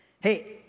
hey